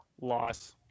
Loss